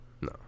No